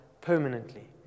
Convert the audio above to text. permanently